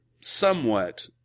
somewhat